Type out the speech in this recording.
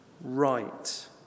right